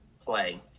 play